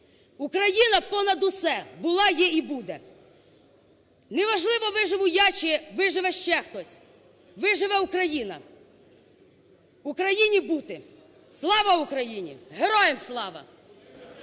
Україна понад усе! Була, є і буде. Не важливо, виживу я чи виживе ще хтось, виживе Україна. Україні бути! Слава Україні! Героям слава!